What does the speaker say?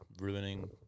ruining